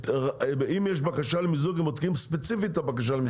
אם יש בקשה למיזוג הם בודקים ספציפית את הבקשה למיזוג.